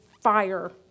fire